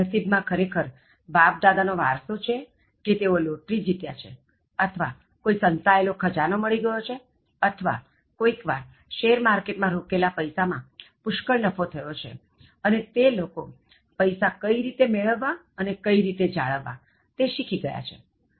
નસીબમાં ખરેખર બાપદાદા નો વારસો છે કે તેઓ લોટરી જીત્યા છે અથવા કોઇ સંતાયેલો ખજાનો મળી ગયો છે અથવા કોઇક વાર શેર માર્કેટ માં રોકેલા પૈસા માં પુષ્કળ નફો થયો છે અને તે લોકો પૈસા કઈ રીતે મેળવવા અને કઈ રીતે જાળવવા તે શીખી ગયા છે